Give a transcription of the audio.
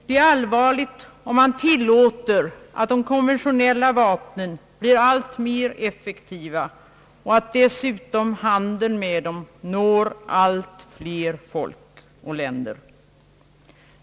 Det är allvarligt om man tillåter att de konventionella vapnen blir alltmer effektiva och dessutom tilllåter att handeln med dem når allt fler folk och länder.